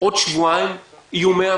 עוד שבועיים יהיו 100,